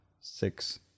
six